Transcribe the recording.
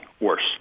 worse